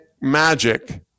magic